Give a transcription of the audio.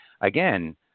Again